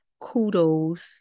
kudos